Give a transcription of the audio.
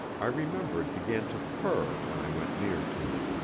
i remember it began to purr when i went near to it.